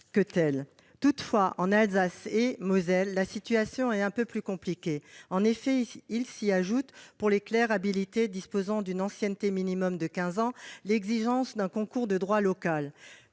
Toutefois, en Alsace et en Moselle, la situation est un peu plus compliquée. En effet, il s'y ajoute, pour les clercs habilités disposant d'une ancienneté minimale de quinze ans, l'exigence d'un concours de droit local.